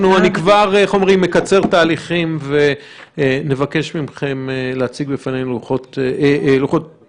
אני כבר מקצר תהליכים ומבקש מכם להציג בפנינו לוחות-זמנים.